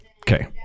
Okay